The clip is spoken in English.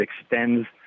extends